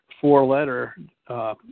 four-letter